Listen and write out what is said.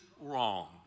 wrong